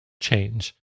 change